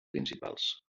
principals